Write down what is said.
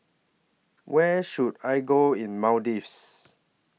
Where should I Go in Maldives